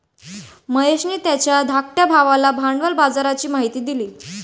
महेशने त्याच्या धाकट्या भावाला भांडवल बाजाराची माहिती दिली